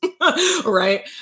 Right